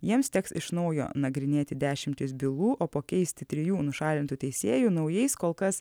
jiems teks iš naujo nagrinėti dešimtis bylų o pakeisti trijų nušalintų teisėjų naujais kol kas